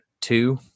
two